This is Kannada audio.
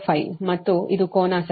05 ಮತ್ತು ಇದು ಕೋನ ಸರಿನಾ